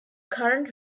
current